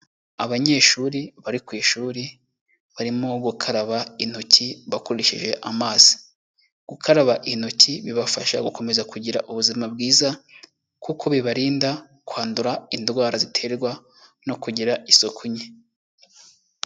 Abanyeshuri bari ku ishuri barimo gukaraba intoki bakurikije amazi. Gukaraba intoki bibafasha gukomeza kugira ubuzima bwiza, kuko bibarinda kwandura indwara ziterwa no kugira isuku nke.